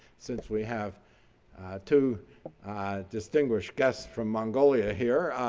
since we have two distinguished guest from mongolia here,